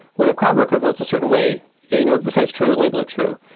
when a crowd worker votes a certain way or you know says true, label it true.